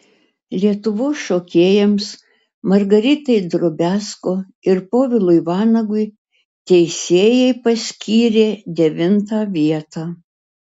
lietuvos šokėjams margaritai drobiazko ir povilui vanagui teisėjai paskyrė devintą vietą